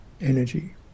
energy